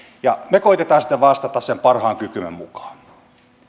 ja me koetamme sitten vastata sen parhaan kykymme mukaan